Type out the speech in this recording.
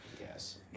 Yes